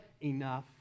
enough